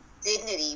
dignity